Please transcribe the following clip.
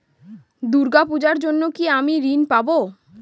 দূর্গা পূজার জন্য কি আমি ঋণ পাবো?